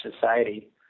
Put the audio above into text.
society